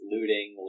Looting